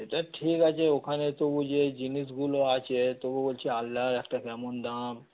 সেটা ঠিক আছে ওখানে তবু যে জিনিসগুলো আছে তবু বলছি আলনার একটা কেমন দাম